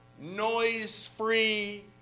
noise-free